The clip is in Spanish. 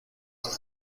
van